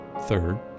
Third